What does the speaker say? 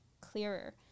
clearer